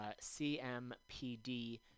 CMPD